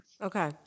okay